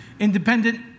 independent